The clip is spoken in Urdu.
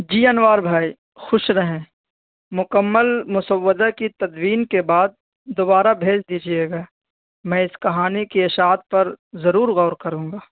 جی انوار بھائی خوش رہیں مکمل مسودہ کی تدوین کے بعد دوبارہ بھیج دیجیے گا میں اس کہانی کی اشاعت پر ضرور غور کروں گا